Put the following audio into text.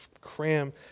cram